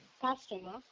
customer